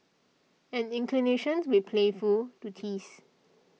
an inclination read playful to tease